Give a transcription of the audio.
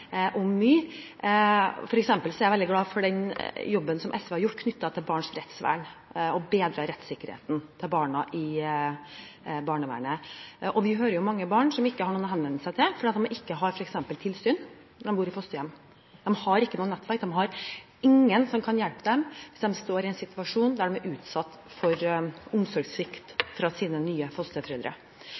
om mye – f.eks. er jeg veldig glad for den jobben som SV har gjort knyttet til barns rettsvern med hensyn til å bedre rettssikkerheten til barna i barnevernet. Vi hører jo om mange barn som ikke har noen å henvende seg til, fordi de f.eks. ikke har tilsyn når de bor i fosterhjem. De har ikke noe nettverk, de har ingen til å hjelpe seg hvis de står i en situasjon der de er utsatt for omsorgssvikt fra sine nye fosterforeldre.